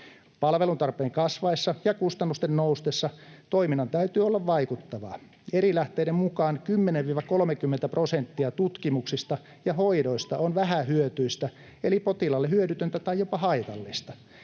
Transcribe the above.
Palveluntarpeen kasvaessa ja kustannusten noustessa toiminnan täytyy olla vaikuttavaa. Eri lähteiden mukaan 10—30 prosenttia tutkimuksista ja hoidoista on vähähyötyistä, eli potilaalle hyödytöntä tai jopa haitallista.